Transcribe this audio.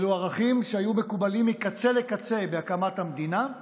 אלו ערכים שהיו מקובלים מקצה לקצה בהקמת המדינה,